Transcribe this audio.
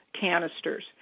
canisters